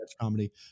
comedy